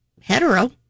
hetero